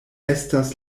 estas